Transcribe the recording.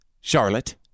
Charlotte